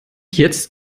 jetzt